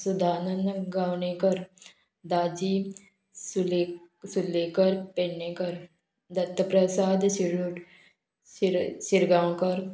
Sudanand Gawanekar Daji Sule Sulekar Pednekar Dattaprasad Shirod Shir Shirgaonkar